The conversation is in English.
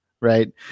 right